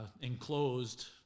enclosed